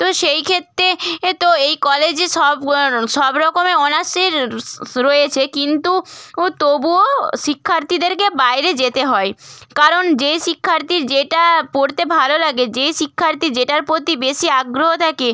তো সেই ক্ষেত্রে এ তো এই কলেজে সব সব রকমের অনার্সের রয়েছে কিন্তু তবুও শিক্ষার্থীদেরকে বাইরে যেতে হয় কারণ যে শিক্ষার্থীর যেটা পড়তে ভালো লাগে যে শিক্ষার্থী যেটার প্রতি বেশি আগ্রহ থাকে